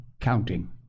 counting